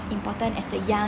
important as the young